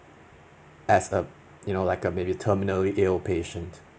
as a you know like a maybe terminally ill patient